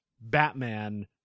Batman